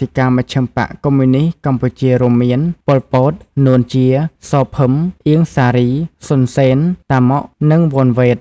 ធិការមជ្ឈិមបក្សកុម្មុយនីស្តកម្ពុជារួមមាន ប៉ុល ពត នួន ជា សោ ភឹម អៀង សារី សុន សេន តាម៉ុក និង វន វ៉េត។